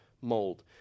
mold